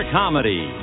comedy